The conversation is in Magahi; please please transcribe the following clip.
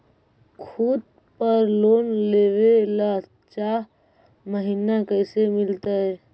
खूत पर लोन लेबे ल चाह महिना कैसे मिलतै?